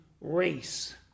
race